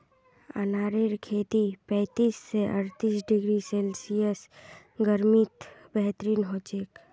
अनारेर खेती पैंतीस स अर्तीस डिग्री सेल्सियस गर्मीत बेहतरीन हछेक